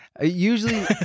Usually